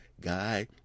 guy